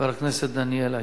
חבר הכנסת דניאל אילון.